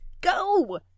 go